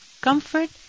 comfort